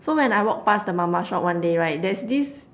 so when I walk past the mama shop one day right there's this